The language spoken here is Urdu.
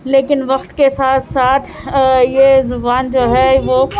لیکن وقت کے ساتھ ساتھ یہ زبان جو ہے وہ